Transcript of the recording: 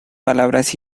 palabras